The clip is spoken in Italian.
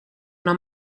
una